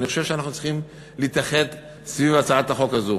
אני חושב שאנחנו צריכים להתאחד סביב הצעת החוק הזאת.